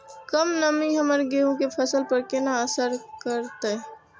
कम नमी हमर गेहूँ के फसल पर केना असर करतय?